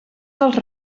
dels